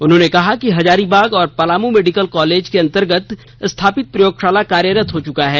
उन्होंने कहा कि हजारीबाग और पलामू मेडिकल कॉलेज अन्तर्गत स्थापित प्रयोगशाला कार्यरत हो चुका है